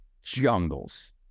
Jungles